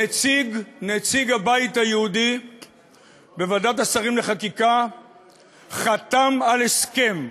נציג הבית היהודי בוועדת השרים לחקיקה חתם על הסכם.